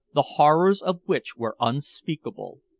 the horrors of which were unspeakable.